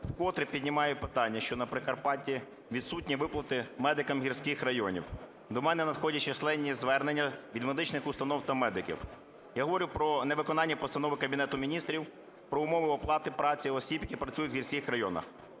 Вкотре піднімаю питання, що на Прикарпатті відсутні виплати медикам гірських районів. До мене надходять численні звернення від медичних установ та медиків, я говорю про невиконання Постанови Кабінету Міністрів "Про умови оплати праці осіб, які працюють у гірських районах".